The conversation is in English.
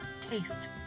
taste